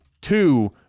two